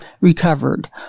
recovered